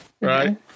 right